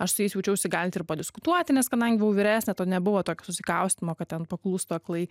aš su jais jaučiausi galinti ir padiskutuoti nes kadangi buvau vyresnė to nebuvo tokio susikaustymo kad ten paklūstu aklai